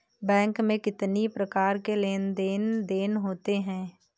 Bank में कितनी प्रकार के लेन देन देन होते हैं?